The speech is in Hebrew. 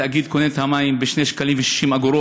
התאגיד קונה את המים ב-2.60 שקלים,